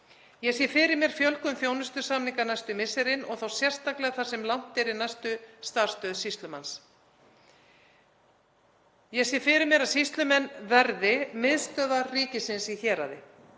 Ég sé fyrir mér fjölgun þjónustusamninga næstu misserin og þá sérstaklega þar sem langt er í næstu starfsstöð sýslumanns. Ég sé fyrir mér að sýslumenn verði miðstöðvar ríkisins í héraði.